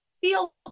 feel